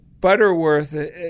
Butterworth